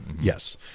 Yes